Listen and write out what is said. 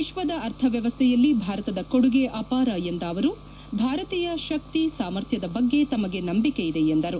ವಿಶ್ವದ ಅರ್ಥ ವ್ಯವಸ್ಠೆಯಲ್ಲಿ ಭಾರತದ ಕೊಡುಗೆ ಅಪಾರ ಎಂದ ಅವರು ಭಾರತೀಯ ಶಕ್ತಿ ಸಾಮರ್ಥ್ಯದ ಬಗ್ಗೆ ತಮಗೆ ನಂಬಿಕೆ ಇದೆ ಎಂದರು